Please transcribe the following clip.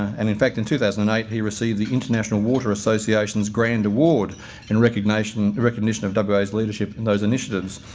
and in fact, in two thousand and eight he received the international water association's grand award in recognition recognition of wa's but leadership and those initiatives.